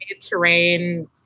terrain